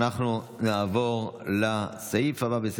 אנחנו נעבור לסעיף הבא,